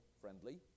friendly